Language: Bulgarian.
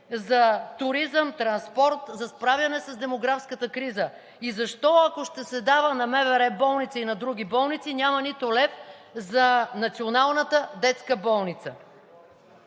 за туризъм, транспорт, за справяне с демографската криза? И защо, ако ще се дава на МВР-болница и на други болници, няма нито лев за Националната детска болница?